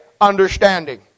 understanding